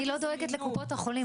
אני לא דואגת לקופות החולים,